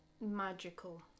magical